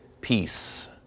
peace